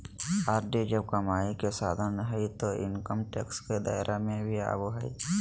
RD जब कमाई के साधन हइ तो इनकम टैक्स के दायरा में भी आवो हइ